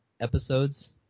episodes